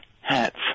hats